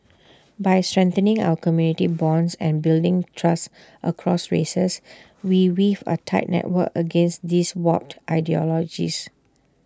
by strengthening our community bonds and building trust across races we weave A tight network against these warped ideologies